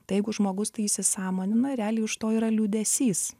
tai jeigu žmogus tai įsisąmonina realiai už to yra liūdesys